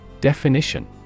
Definition